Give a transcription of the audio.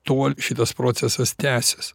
tol šitas procesas tęsis